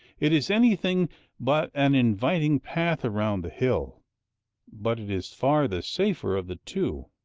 it is anything but an inviting path around the hill but it is far the safer of the two.